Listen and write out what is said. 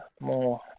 more